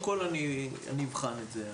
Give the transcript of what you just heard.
אני אבחן את זה.